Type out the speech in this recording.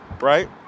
right